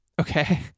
okay